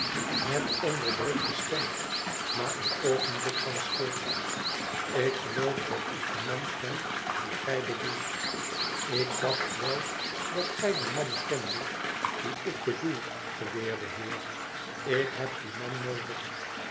met onderdrukte stem na eenoogenblik van stilte ikgeloofdatikdenmankendien j bedoelt ik dacht wel dat gil den man kendet dien ik bedoel geleerde heer ik heb dien man noodig